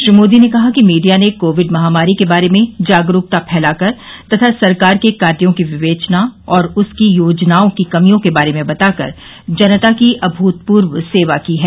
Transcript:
श्री मोदी ने कहा कि मीडिया ने कोविड महामारी के बारे में जागरूकता फैलाकर तथा सरकार के कार्यो की विवेचना और उसकी योजनाओं की कमियों के बारे में बताकर जनता की अभूतपूर्वसेवा की है